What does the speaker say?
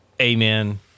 amen